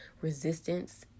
resistance